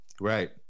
Right